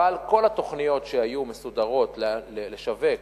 אבל כל התוכניות שהיו מסודרות לשיווק,